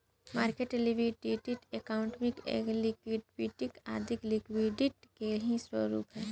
market liquidity, accounting liquidity आदी liquidity के ही स्वरूप है